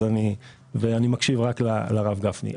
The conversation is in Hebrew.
ואני מקשיב רק לרב גפני.